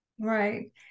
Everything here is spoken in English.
right